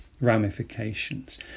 ramifications